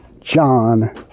John